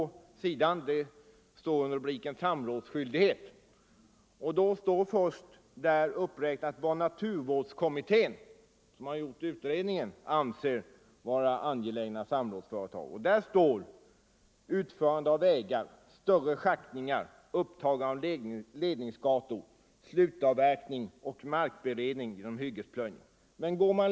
Under kantrubriken ”Samrådsskyldighet” anges vad naturvårdskommittén anser vara angelägna samrådsföretag, nämligen ”utförande av vägar, större schaktningar, upptagande av ledningsgator, slutavverkning och markberedning genom hyggesplöjning”.